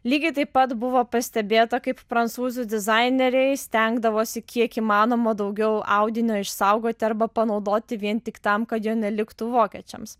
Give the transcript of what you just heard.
lygiai taip pat buvo pastebėta kaip prancūzų dizaineriai stengdavosi kiek įmanoma daugiau audinio išsaugoti arba panaudoti vien tik tam kad jo neliktų vokiečiams